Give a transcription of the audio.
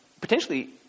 potentially